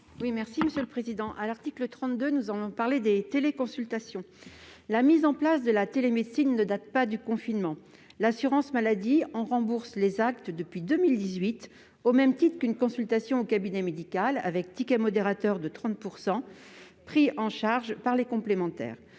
allons parler, à l'article 32, des téléconsultations. La mise en place de la télémédecine ne date pas du confinement. L'assurance maladie en rembourse les actes depuis 2018, au même titre qu'une consultation en cabinet médical, avec ticket modérateur de 30 % pris en charge par les complémentaires.